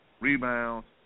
rebounds